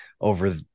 over